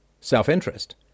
self-interest